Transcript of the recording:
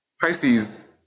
Pisces